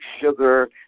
sugar